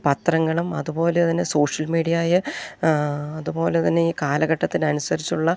പത്രങ്ങളും അതു പോലെ തന്നെ സോഷ്യൽ മീഡിയായ് അതു പോലെ തന്നെ ഈ കാലഘട്ടത്തിനനുസരിച്ചുള്ള